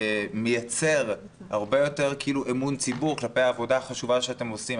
משהו שמייצר הרבה יותר אמון ציבור כלפי העבודה החשובה שאתם עושים.